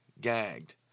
gagged